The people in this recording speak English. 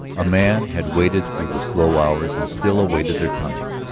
a man had waited through the slow hours, and still awaited their coming.